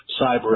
Cyber